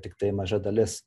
tiktai maža dalis